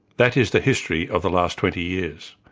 that is the history of the last twenty years.